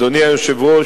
אדוני היושב-ראש,